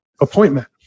appointment